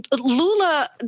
Lula